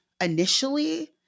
initially